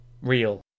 Real